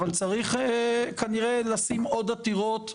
אבל כנראה צריך לשים עוד עתירות.